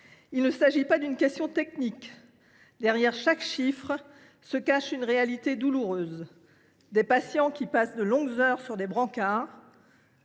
Il ne s’agit pas d’une question technique. Derrière chaque chiffre se trouve une réalité douloureuse : des patients laissés de longues heures sur des brancards